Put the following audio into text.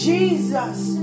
Jesus